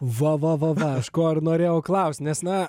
va va va va aš ko ir norėjau klaust nes na